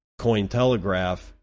Cointelegraph